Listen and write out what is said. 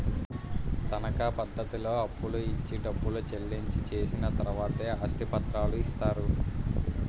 తనకా పద్ధతిలో అప్పులు ఇచ్చి డబ్బు చెల్లించి చేసిన తర్వాతే ఆస్తి పత్రాలు ఇస్తారు